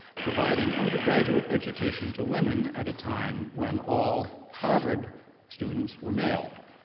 providing undergraduate education to women at a time when all harvard students were male.